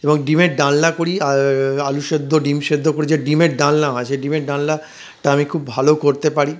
এবং ডিমের ডালনা করি আর আলু সেদ্ধ ডিম সেদ্ধ করি যে ডিমের ডালনা হয় সেই ডালনাটা আমি খুব ভালো করতে পারি